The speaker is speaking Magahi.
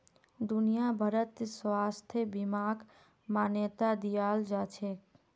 दुनिया भरत स्वास्थ्य बीमाक मान्यता दियाल जाछेक